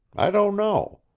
i don't know.